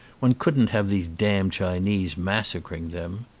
one couldn't have these damned chinese massacring them.